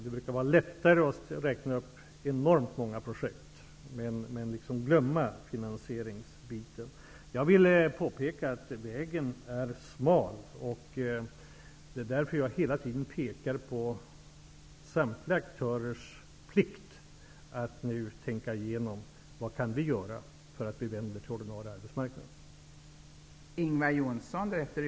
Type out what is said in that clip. Det brukar vara lättare att räkna upp enormt många projekt och liksom glömma finansieringsbiten. Jag vill påpeka att vägen är smal. Det är därför som jag hela tiden pekar på detta med samtliga aktörers plikt att tänka efter: Vad kan vi göra för att det skall vända till den ordinarie arbetsmarknaden?